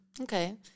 Okay